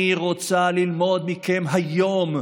אני רוצה ללמוד מכם היום,